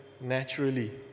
naturally